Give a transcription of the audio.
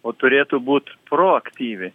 o turėtų būt proaktyvi